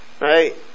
right